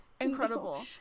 Incredible